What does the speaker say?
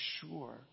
sure